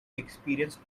experienced